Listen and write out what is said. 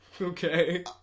Okay